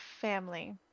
family